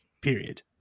period